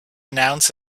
announce